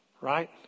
right